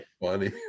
funny